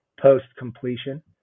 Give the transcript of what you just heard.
post-completion